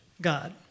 God